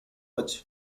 much